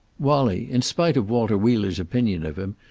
wallie, in spite of walter wheeler's opinion of him,